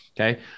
Okay